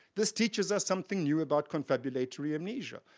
this teaches us something new about confabulatory amnesia,